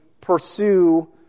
pursue